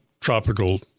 tropical